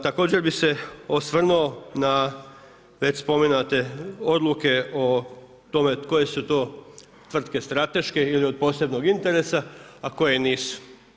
Također bi se osvrnuo na već spomenute odluke o tome koje su to tvrtke strateške ili od posebnog interesa, a koje nisu.